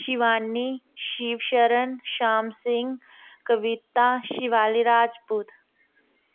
Shivani Shivsharan Sham Singh Kavita Shivali Rajput